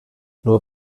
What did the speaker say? nur